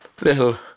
little